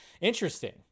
interesting